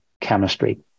chemistry